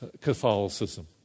Catholicism